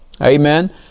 Amen